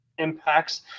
impacts